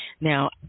Now